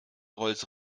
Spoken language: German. rolls